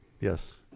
Yes